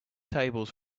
tables